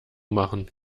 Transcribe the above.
machen